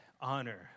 honor